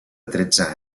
tretze